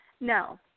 No